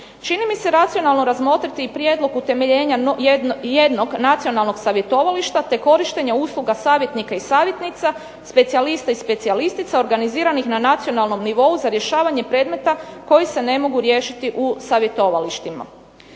Čini mi se racionalno razmotriti i prijedlog utemeljenja jednog nacionalnog savjetovališta te korištenja usluga savjetnika i savjetnica, specijalista i specijalistica organiziranih na nacionalnom nivou za rješavanje predmeta koji se ne mogu riješiti u savjetovalištima.